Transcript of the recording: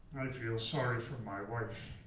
feel sorry for my wife.